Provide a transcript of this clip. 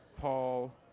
Paul